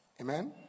amen